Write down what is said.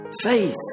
Faith